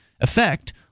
effect